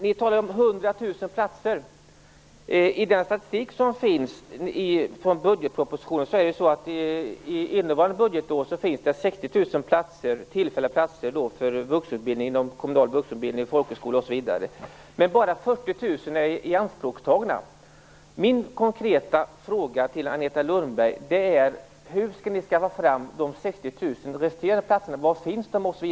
Det talas om 100 000 platser. Enligt den statistik som finns i budgetpropositionen finns det innevarande budgetår 60 000 tillfälliga platser för vuxenutbildning inom kommunal vuxenutbildning, folkhögskola osv., men bara 40 000 är tagna i anspråk. Min konkreta fråga till Agneta Lundberg är: Hur skall ni skaffa fram de 60 000 resterande platserna? Var finns de?